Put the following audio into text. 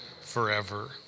forever